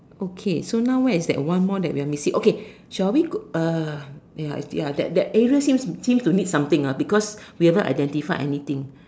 okay so now where is that one more that we're missing okay shall we uh ya ya that that area seems to need something ah because we haven't identified anything